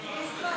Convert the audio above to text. אני אשמח.